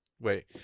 wait